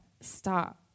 stop